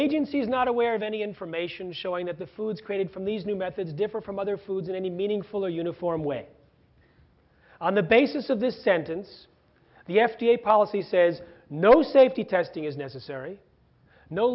agency is not aware of any information showing that the foods created from these new methods differ from other foods in any meaningful or uniform way on the basis of this sentence the f d a policy says no safety testing is necessary no